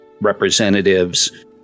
representatives